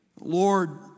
Lord